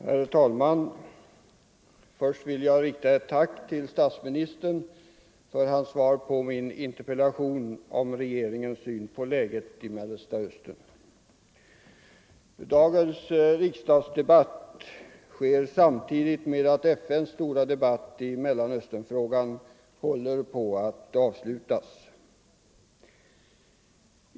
Herr talman! Först vill jag rikta ett tack till statsministern för hans svar på min interpellation om regeringens syn på läget i Mellanöstern. Dagens riksdagsdebatt sker samtidigt med att FN:s stora debatt i Mellanösternfrågan håller på att avslutas.